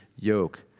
yoke